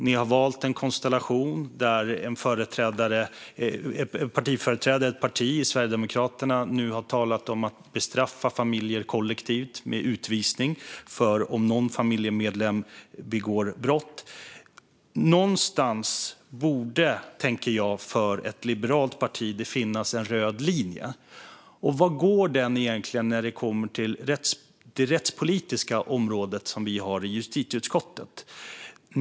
Ni har valt en konstellation där en partiföreträdare för Sverigedemokraterna nu har talat om att bestraffa familjer kollektivt, med utvisning, om någon familjemedlem begår brott. Någonstans borde det finnas en röd linje för ett liberalt parti, tänker jag. Var går den egentligen när det kommer till det rättspolitiska området, som vi har att hantera i justitieutskottet?